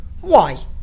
Why